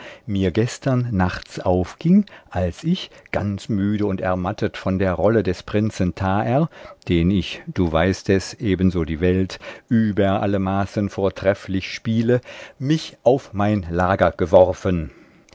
mir gestern nachts aufging als ich ganz müde und ermattet von der rolle des prinzen taer den ich du weißt es ebenso die welt über alle maßen vortrefflich spiele mich auf mein lager geworfen